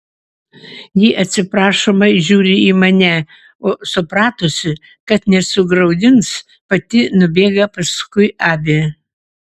ji atsiprašomai žiūri į mane o supratusi kad nesugraudins pati nubėga paskui avį